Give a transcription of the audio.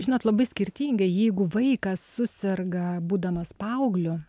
žinot labai skirtingai jeigu vaikas suserga būdamas paaugliu